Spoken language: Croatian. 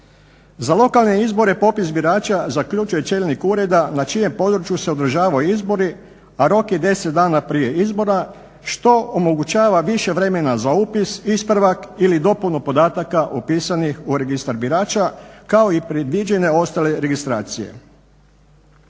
Za lokalne izbore popis birača zaključuje čelnik ureda na čijem području se održavaju izbori, a rok je 10 dana prije izbora što omogućava više vremena za upis, ispravak ili dopunu podataka upisanih u registar birača, kao i predviđene ostale registracije.